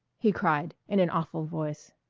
he cried in an awful voice.